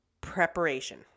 preparation